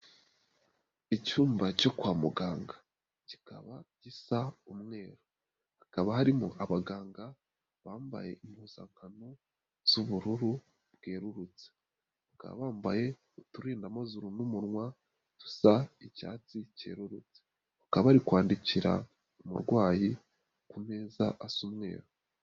Icyumba cyo kwa muganga, kikaba gisa umweru, hakaba harimo abaganga bambaye impuzankano z'ubururu bwerurutse, bakaba bambaye uturinda mazezuru n'umunwa dusa icyatsi cyerurutse, ukaba bari kwandikira umurwayi ku meza asa umweru.